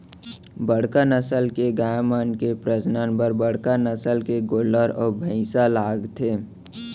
बड़का नसल के गाय मन के प्रजनन बर बड़का नसल के गोल्लर अउ भईंसा लागथे